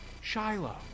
Shiloh